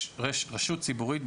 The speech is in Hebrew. "רשות ציבורית",